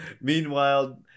meanwhile